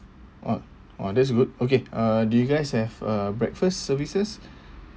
oh oh that's good okay uh do you guys have uh breakfast services